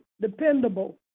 dependable